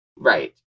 Right